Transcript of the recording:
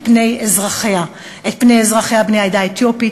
פני אזרחיה: את פני אזרחיה בני העדה האתיופית,